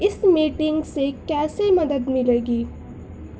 اس meeting سے کیسے مدد ملے گی